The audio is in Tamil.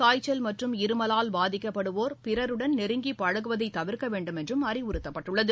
காய்ச்சல் மற்றும் இருமலால் பாதிக்கப்படுவோர் பிறருடன் நெருங்கி பழகுவதை தவிர்க்க வேண்டுமென்றும் அறிவுறுத்தப்பட்டுள்ளது